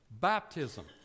Baptism